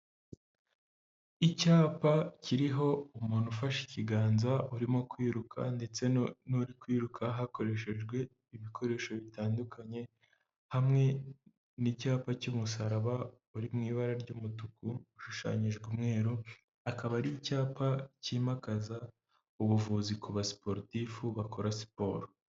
Icyapa kiriho umuntu ufashe ikiganza urimo kwiruka ndetse n'uri kwiruka hakoreshejwe ibikoresho bitandukanye, hamwe n'icyapa cy'umusaraba uri mu ibara ry'umutuku, ushushanyijwe umweru, akaba ari icyapa cyimakaza ubuvuzi ku ba siporotifu bakora siporo.